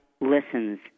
listens